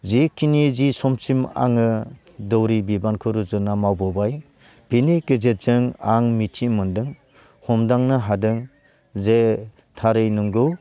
जिखिनि जि समसिम आङो दौरि बिबानखौ रुजुनना मावबोबाय बिनि गेजेरजों आं मिथिनो मोनदों हमदांनो हादों जे थारै नोंगौ